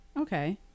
Okay